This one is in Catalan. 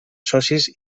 socis